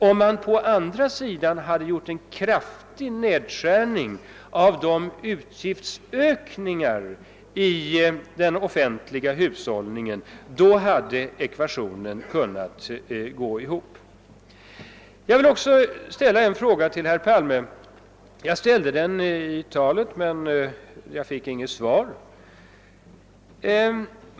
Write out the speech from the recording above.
Om man i stället hade företagit en kraftig nedskärning av utgiftsökningarna i den offentliga hushållningen, så hade ekvationen kunnat gå ihop. Efter detta vill jag ånyo ställa den fråga till herr Palme som jag ställde i mitt förra anförande men som jag inte fick något svar på.